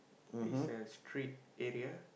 it's a street area